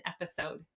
episode